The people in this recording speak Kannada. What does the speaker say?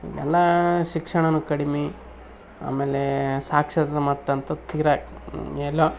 ಎಲ್ಲ ಶಿಕ್ಷಣವೂ ಕಡಿಮೆ ಆಮೇಲೆ ಸಾಕ್ಷರತೆ ಮಟ್ಟ ಅಂತೂ ತೀರ ಎಲ್ಲೋ